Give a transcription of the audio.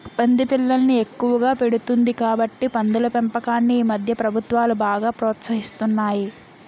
పంది పిల్లల్ని ఎక్కువగా పెడుతుంది కాబట్టి పందుల పెంపకాన్ని ఈమధ్య ప్రభుత్వాలు బాగా ప్రోత్సహిస్తున్నాయి